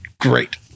great